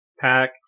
pack